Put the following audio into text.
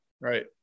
Right